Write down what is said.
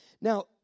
Now